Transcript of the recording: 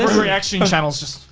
reaction channel's just,